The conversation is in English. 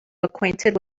acquainted